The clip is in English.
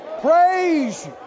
praise